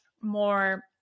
more